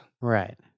right